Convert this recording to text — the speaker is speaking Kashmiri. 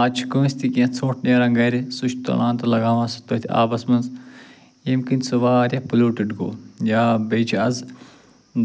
آز چھِ کٲنٛسہِ تہِ کیٚنٛہہ ژھۄٹھ نیران گرِ سُہ چھِ تُلان تہٕ لگاوان سُہ تٔتھۍ آبس منٛز ییٚمہِ کِنۍ سُہ واریاہ پٕلوٗٹٕڈ گوٚو یا بیٚیہِ چھِ آز